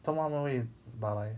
做么他们会打来